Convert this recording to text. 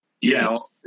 Yes